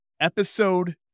Episode